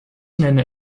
nenne